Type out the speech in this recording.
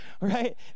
right